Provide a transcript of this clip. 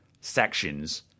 sections